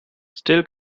still